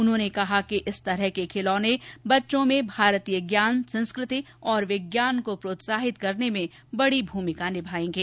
उन्होंने कहा कि इस तरह के खिलौने बच्चों में भारतीय ज्ञान संस्कृति और विज्ञान को प्रोत्साहित करने में बड़ी भूमिका निभाएंगे